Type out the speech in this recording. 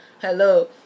Hello